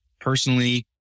personally